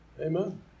amen